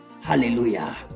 Hallelujah